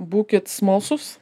būkit smalsūs